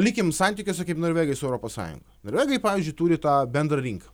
likim santykiuose kaip norvegai su europos sąjunga norvegai pavyzdžiui turi tą bendrą rinką